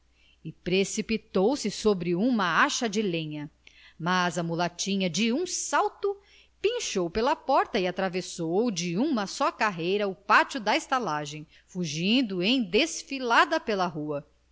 e precipitou-se sobre ela com uma acha de lenha mas a mulatinha de um salto pinchou pela porta e atravessou de uma só carreira o pátio da estalagem fugindo em desfilada pela rua